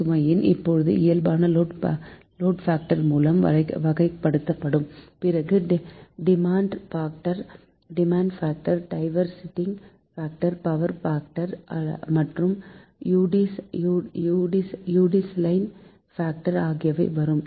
மின்சுமையின் பொது இயல்பு load factor மூலம் வகைப்படுத்தப்படும் பிறகு demand factor diversity factor power factor மற்றும் யுடிளைசேஷன் பாக்டர் ஆகியவை வரும்